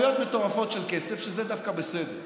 הוצאת כמויות מטורפות של כסף, שזה דווקא בסדר,